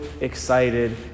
excited